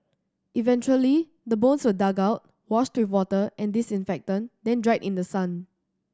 eventually the bones were dug out washed with water and disinfectant then dried in the sun